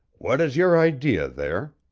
what is your idea there?